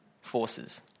forces